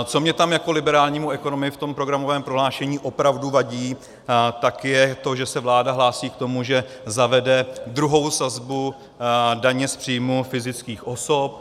Co mě tam jako liberálnímu ekonomovi v tom programovém prohlášení opravdu vadí, je to, že se vláda hlásí k tomu, že zavede druhou sazbu daně z příjmů fyzických osob.